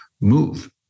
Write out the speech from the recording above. move